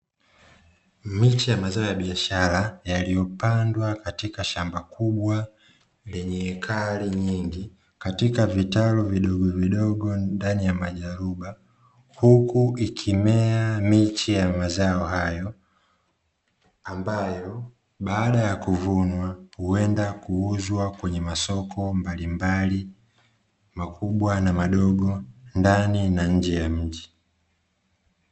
Miche ya mazao la biashara yalipandwa katika shamba kubwa, lenye hekari nyingi katika kitalu vidogovidogo ndani ya majaruba, huku ikimea miche ya mazao hayo, ambayo baada ya kuvunwa huenda kuuzwa kwenye masoko mbalimbali makubwa na madogo, ndani na nje ya mji.